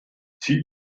sie